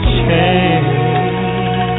change